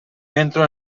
entro